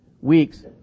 weeks